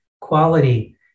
quality